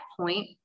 point